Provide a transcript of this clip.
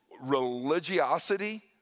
religiosity